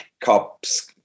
cops